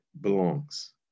belongs